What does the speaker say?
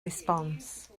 response